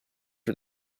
for